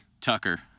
Tucker